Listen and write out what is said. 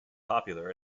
popular